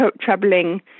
troubling